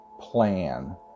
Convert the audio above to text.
plan